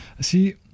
See